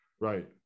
Right